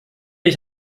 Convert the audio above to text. ich